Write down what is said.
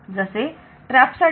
जसे TRAP साठी 4